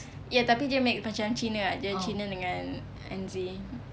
ya tapi dia mix macam cina ah dia cina dengan N_Z